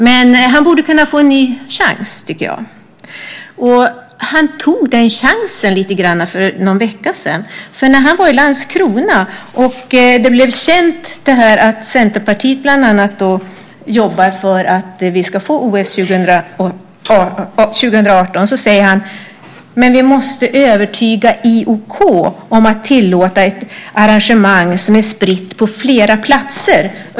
Men han borde kunna få en ny chans, tycker jag. Han tog den chansen lite grann för någon vecka sedan. När han var i Landskrona och det blev känt att bland annat Centerpartiet jobbar för att vi ska få OS 2018 säger han: Men vi måste övertyga IOK om att tillåta ett arrangemang som är spritt på flera platser.